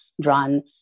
drawn